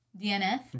DNF